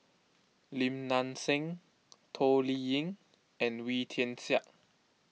Lim Nang Seng Toh Liying and Wee Tian Siak